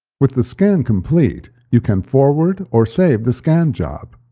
with the scan complete, you can forward or save the scan job.